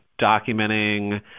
documenting